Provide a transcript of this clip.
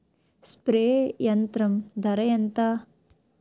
Spray యంత్రం ధర ఏంతా?